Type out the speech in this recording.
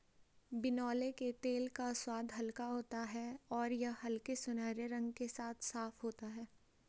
बिनौले के तेल का स्वाद हल्का होता है और यह हल्के सुनहरे रंग के साथ साफ होता है